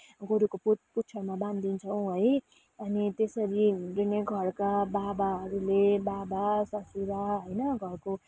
गोरुको पुच्छरमा बान्दिन्छौँ है अनि त्यसरी हामीले घरका बाबाहरूले बाबा ससुरा होइन घरको